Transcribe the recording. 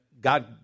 God